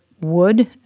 wood